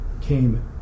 came